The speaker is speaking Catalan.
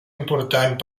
important